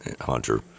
Hunter